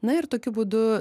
na ir tokiu būdu